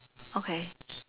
okay